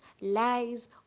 lies